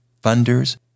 funders